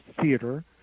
theater